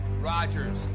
Rogers